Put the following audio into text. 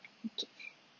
okay